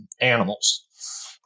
animals